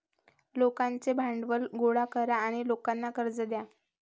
लोकांचे भांडवल गोळा करा आणि लोकांना कर्ज द्या